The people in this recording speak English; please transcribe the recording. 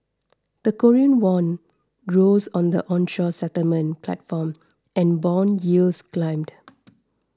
the Korean won rose on the onshore settlement platform and bond yields climbed